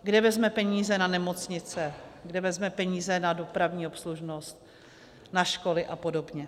Kde vezme peníze na nemocnice, kde vezme peníze na dopravní obslužnost, na školy a podobně?